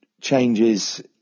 changes